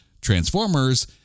Transformers